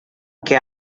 que